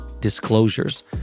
disclosures